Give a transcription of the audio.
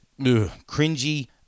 cringy